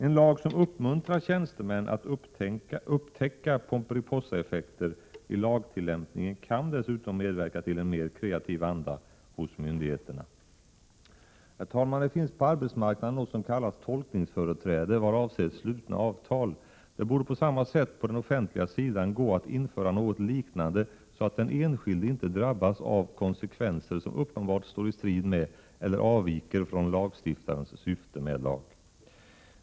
En lag som uppmuntrar tjänstemän att upptäcka ”Pomperipossaeffekter” i lagtillämpningen kan dessutom medverka till en mer kreativ anda hos myndigheterna. Det finns på arbetsmarknaden något som kallas tolkningsföreträde vad avser slutna avtal. Det borde på samma sätt på den offentliga sidan gå att införa något liknande, så att den enskilde inte drabbas av konsekvenser som uppenbart står i strid med eller avviker från lagstiftarens syfte med en lag.